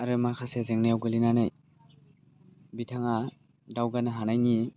आरो माखासे जेंनायाव गोलैनानै बिथाङा दावगानो हानायनि